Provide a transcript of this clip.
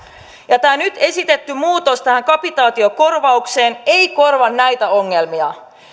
ja tämä nyt esitetty muutos tähän kapitaatiokorvaukseen ei korjaa näitä ongelmia